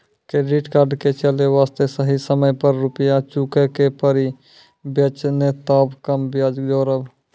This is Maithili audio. क्रेडिट कार्ड के चले वास्ते सही समय पर रुपिया चुके के पड़ी बेंच ने ताब कम ब्याज जोरब?